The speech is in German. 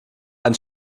ein